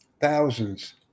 thousands